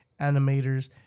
animators